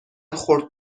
خورد